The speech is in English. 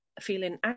feeling